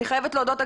אני חייבת להודות,